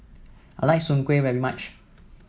I like Soon Kway very much